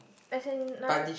as in non